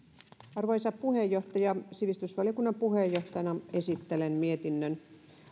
arvoisa puheenjohtaja sivistysvaliokunnan puheenjohtajana esittelen mietinnön